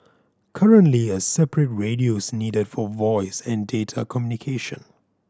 currently a separate radio's needed for voice and data communication